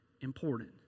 important